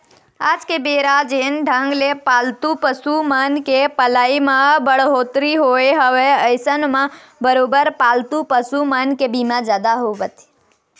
आज के बेरा जेन ढंग ले पालतू पसु मन के पलई म बड़होत्तरी होय हवय अइसन म बरोबर पालतू पसु मन के बीमा जादा होवत हे